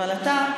אבל אתה,